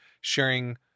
sharing